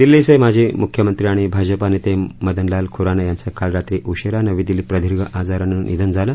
दि लीचे माजी मु यमं ी आणि भाजपा नेते मदनलाल खुराना यांचं काल रा ी उशीरा नवी दि लीत दीघ आजारानं निधन झालं